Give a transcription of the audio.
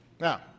Now